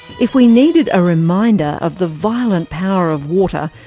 if we needed a reminder of the violent power of water,